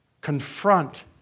confront